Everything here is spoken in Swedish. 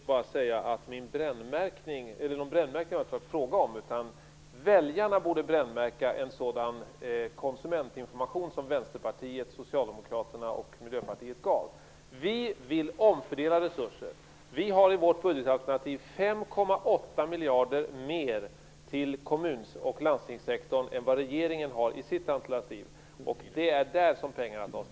Herr talman! Jag har 20 sekunder på mig. Jag vill bara säga att det inte har varit fråga om någon brännmärkning. Väljarna borde brännmärka en sådan konsumentinformation som Vänsterpartiet, Socialdemokraterna och Miljöpartiet gav. Vi vill omfördela resurser. Vi har i vårt budgetalternativ 5,8 miljarder mer till kommun och landstingssektorn än vad regeringen har i sitt alternativ. Det är där som pengarna tas.